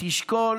תשקול.